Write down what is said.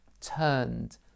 turned